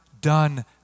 done